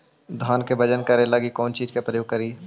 धान के बजन करे लगी कौन चिज के प्रयोग करि?